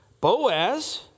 Boaz